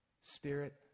Spirit